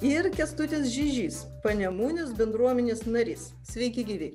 ir kęstutis žižys panemunės bendruomenės narys sveiki gyvi